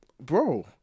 Bro